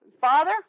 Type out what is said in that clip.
Father